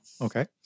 Okay